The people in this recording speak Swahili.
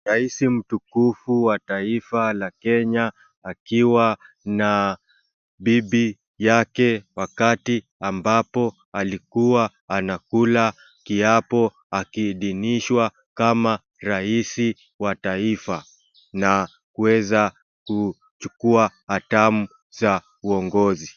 Raisi mtukufu wa taifa la Kenya akiwa na bibi yake wakati ambapo alikuwa anakula kiapo akiidinishwa kama raisi wa taifa na kuweza kuchukua hatamu za uongozi.